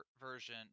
version